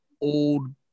old